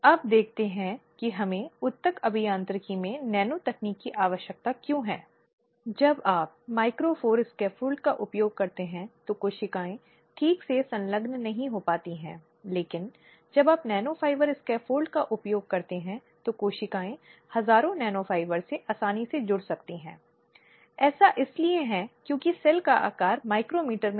अगली उन स्थितियों में आता है जहां औपचारिक या अनौपचारिक समाधान के लिए विकल्पों का पता लगाना आवश्यक हो सकता है जैसा कि हमने पहले भी कहा है पार्टियों के बीच सुलह के प्रावधान हैं